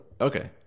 Okay